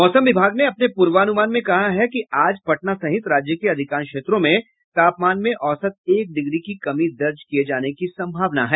मौसम विभाग ने अपने पूर्वानुमान में कहा है कि आज पटना सहित राज्य के अधिकांश क्षेत्रों में तापमान में औसत एक डिग्री की कमी दर्ज किये जाने की संभावना है